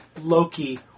Loki